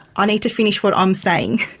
i need to finish what i'm saying.